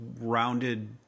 rounded